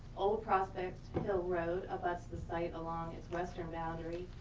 old prospect hill road abuts the site along its western boundary.